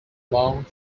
along